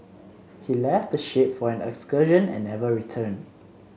he left the ship for an excursion and never returned